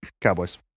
Cowboys